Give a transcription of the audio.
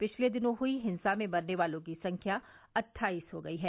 पिछले दिनों हुई हिंसा में मरने वालों की संख्या अट्ठाईस हो गई है